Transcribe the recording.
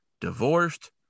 divorced